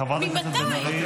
חברת הכנסת בן ארי.